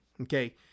Okay